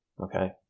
Okay